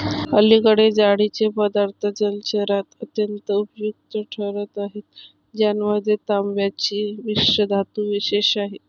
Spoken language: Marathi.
अलीकडे जाळीचे पदार्थ जलचरात अत्यंत उपयुक्त ठरत आहेत ज्यामध्ये तांब्याची मिश्रधातू विशेष आहे